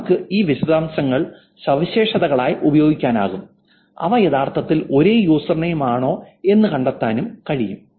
നമുക്ക് ഈ വിശദാംശങ്ങൾ സവിശേഷതകളായി ഉപയോഗിക്കാനും അവ യഥാർത്ഥത്തിൽ ഒരേ യൂസർ ആണോ എന്ന് കണ്ടെത്താനും കഴിയും